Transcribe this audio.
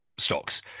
stocks